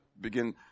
begin